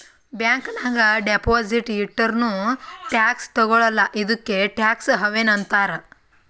bank ನಾಗ್ deposit ಇಟ್ಟುರ್ನೂ tax ತಗೊಳಲ್ಲ ಇದ್ದುಕೆ ಟ್ಯಾಕ್ಸ್ ಹವೆನ್ ಅಂತಾರ್